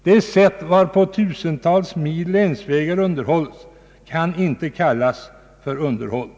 Det sätt varpå tusentals mil länsvägar underhålles kan inte kallas för underhåll.